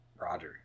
roger